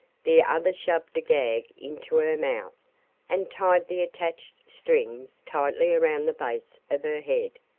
the other shoved a gag into her mouth and tied the attached strings tightly around the base of her head.